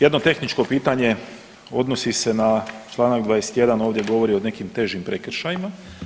Jedno tehničko pitanje, odnosi se na članak 21. ovdje govori o nekim težim prekršajima.